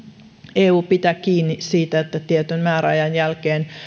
eu pitää kiinni siitä että tietyn määräajan jälkeen